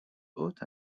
haute